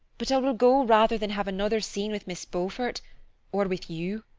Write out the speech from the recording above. but i will go rather than have another scene with miss beaufort or with you.